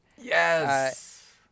Yes